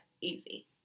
easy